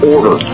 Order